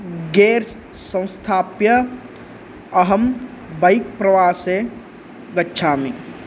gears संस्थाप्य अहं बैक् प्रवासे गच्छामि